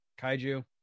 kaiju